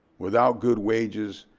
without good wages,